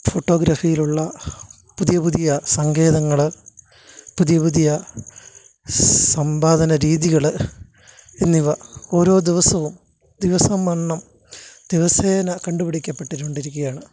ഫോട്ടോഗ്രഫിയിലുള്ള പുതിയ പുതിയ സങ്കേതങ്ങൾ പുതിയ പുതിയ സമ്പാദന രീതികൾ എന്നിവ ഓരോ ദിവസവും ദിവസം വണ്ണം ദിവസേന കണ്ടുപിടിക്കപ്പെട്ടുകൊണ്ടിരിക്കുകയാണ്